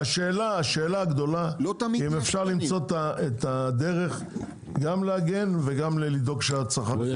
השאלה הגדולה אם אפשר למצוא את הדרך גם להגן וגם לדאוג לצרכן?